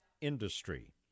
industry